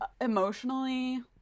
emotionally